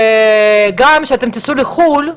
וגם כשאתם תיסעו לחו"ל,